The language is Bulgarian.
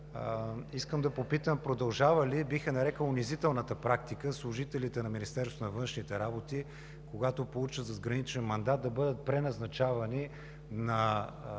по-важен въпрос: продължава ли – бих я нарекъл – унизителната практика служителите на Министерството на външните работи, когато получат задграничен мандат, да бъдат преназначавани с